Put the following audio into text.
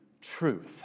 Truth